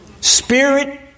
Spirit